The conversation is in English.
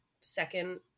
second